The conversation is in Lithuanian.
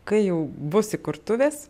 kai jau bus įkurtuvės